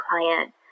client